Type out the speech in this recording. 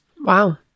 Wow